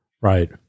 right